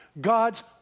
God's